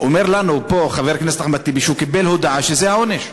אומר לנו פה חבר הכנסת אחמד טיבי שהוא קיבל הודעה שזה העונש.